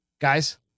guys